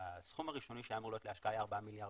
הסכום הראשוני שהיה אמור להיות להשקעה היה 4 מיליארד